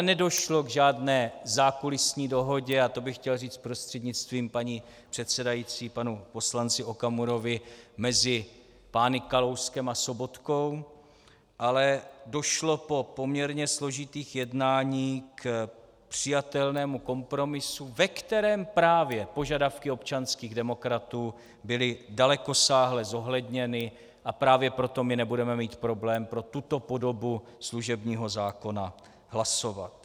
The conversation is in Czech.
Nedošlo ale k žádné zákulisní dohodě a to bych chtěl říci prostřednictvím paní předsedající panu poslanci Okamurovi mezi pány Kalouskem a Sobotkou, ale došlo po poměrně složitých jednáních k přijatelnému kompromisu, ve kterém právě požadavky občanských demokratů byly dalekosáhle zohledněny, a právě proto my nebudeme mít problém pro tuto podobu služebního zákona hlasovat.